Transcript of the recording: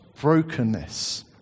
brokenness